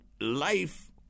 Life